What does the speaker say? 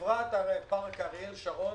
חברת פארק אריאל שרון